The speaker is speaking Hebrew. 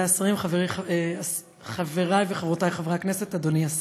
חברי הכנסת עליזה לביא, מירב בן